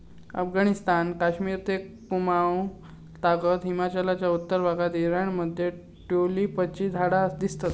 अफगणिस्तान, कश्मिर ते कुँमाउ तागत हिमलयाच्या उत्तर भागात ईराण मध्ये ट्युलिपची झाडा दिसतत